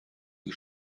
die